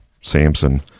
Samson